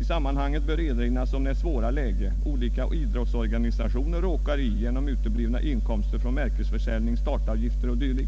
I sammanhanget bör erinras om det svåra läge olika idrottsorganisationer råkar i genom uteblivna inkomster från märkesförsäljning, startavgifter o. d.